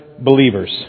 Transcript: believers